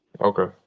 Okay